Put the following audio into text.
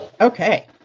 Okay